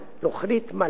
תוכנית מל"ת,